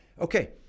Okay